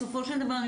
בסופו של דבר,